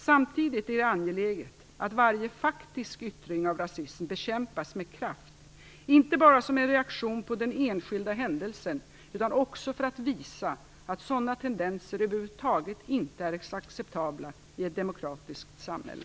Samtidigt är det angeläget att varje faktisk yttring av rasism bekämpas med kraft, inte bara som en reaktion på den enskilda händelsen, utan också för att visa att sådana tendenser över huvud taget inte är acceptabla i ett demokratiskt samhälle.